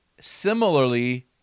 similarly